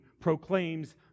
proclaims